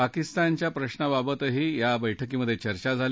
पाकिस्तानच्या प्रशाबाबतही या बैठकीत चर्चा झाली